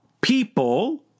people